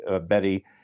Betty